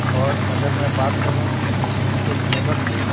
اور اگر میں بات کروں ان کے سلیبس کی